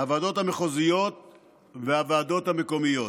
הוועדות המחוזיות והוועדות המקומיות.